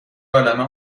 عالمه